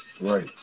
Right